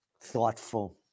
Thoughtful